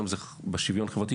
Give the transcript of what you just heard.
היום זה בשוויון חברתי,